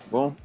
Bom